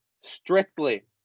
strictly